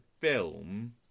film